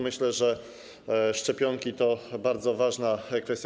Myślę, że szczepionki są bardzo ważne.